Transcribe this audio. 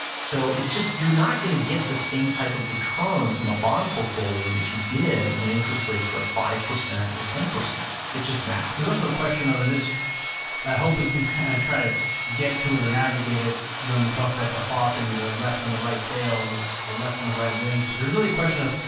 so it's just, you're not going to get the same type of return from a bond portfolio that you did when interest rates were at five percent or ten, it's just math. it's also question of, and this i hope we can kind of try get to it or navigate it when we talk about the hawk and the left and the right tail and the the left and the right wings, but there's really a question of,